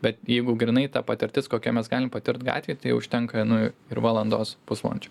bet jeigu grynai ta patirtis kokią mes galim patirt gatvėj tai užtenka nu ir valandos pusvalandžio